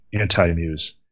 anti-muse